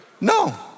no